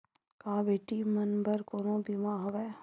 का बेटी मन बर कोनो बीमा हवय?